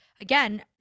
again